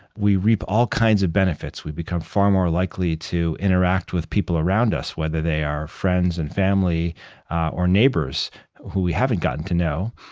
we reap all kinds of benefits. we become far more likely to interact with people around us, whether they are friends and family or neighbors who we haven't gotten to know.